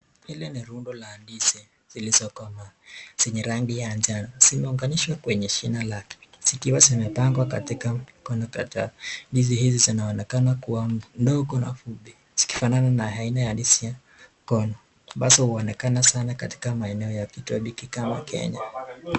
Hili ni rundo la ndizi zilizokomaa zenye rangi ya njano zimeunganishwa kwenye shine lake zikiwa zimepangwa katika mikono kadhaa ndizi hizi zinaonekana kuwa ndogo na fupi zikifanana na aina ya ndizi ya mkono ambazo huonekana sana katika maeneo ya kitobu kenya.